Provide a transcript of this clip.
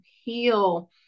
heal